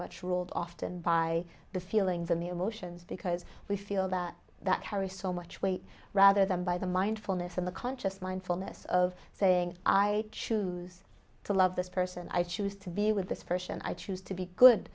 much ruled often by the feelings and the emotions because we feel that that carries so much weight rather than by the mindfulness and the conscious mind fullness of saying i choose to love this person i choose to be with this person and i choose to be good